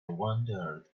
wondered